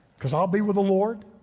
cause i'll be with the lord.